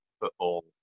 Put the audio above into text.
football